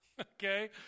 Okay